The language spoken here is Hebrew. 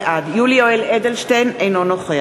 בעד יולי יואל אדלשטיין, אינו נוכח